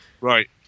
Right